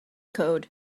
code